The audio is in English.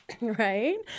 right